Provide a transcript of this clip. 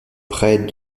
près